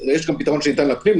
לחוץ יש גם פתרון שניתן לפנים,